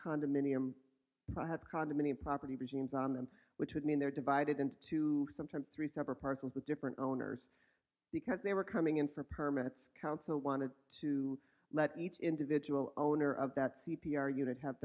condominium have condominium property regimes on them which would mean they're divided into two sometimes three separate parcels with different owners because they were coming in for permits council wanted to let each individual owner of that c p r unit ha